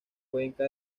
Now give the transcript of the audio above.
cuenca